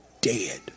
dead